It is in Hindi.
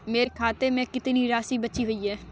मेरे खाते में कितनी राशि बची हुई है?